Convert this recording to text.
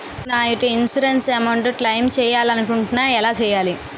నేను నా యెక్క ఇన్సురెన్స్ అమౌంట్ ను క్లైమ్ చేయాలనుకుంటున్నా ఎలా చేయాలి?